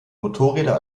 motorräder